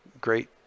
great